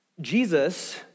Jesus